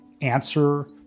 answer